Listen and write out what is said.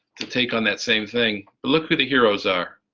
to take on that same thing, look who the heroes are.